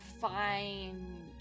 find